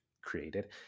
created